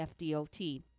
FDOT